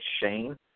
Shane